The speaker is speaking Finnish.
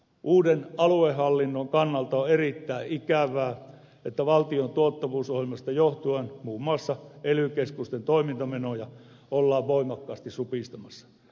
uuden aluehallinnon kannalta on erittäin ikävää että valtion tuottavuusohjelmasta johtuen muun muassa ely keskusten toimintamenoja ollaan voimakkaasti supistamassa